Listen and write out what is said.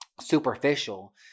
superficial